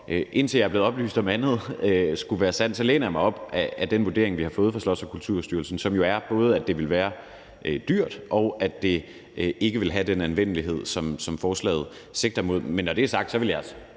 indtil jeg er blevet oplyst om, at andet skulle være sandt, så læner jeg mig op ad den vurdering, vi har fået fra Slots- og Kulturstyrelsen, som jo er, at det vil være dyrt, og at det ikke vil have den anvendelighed, som forslaget sigter mod. Men når det er sagt, vil jeg som